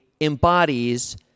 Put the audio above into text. embodies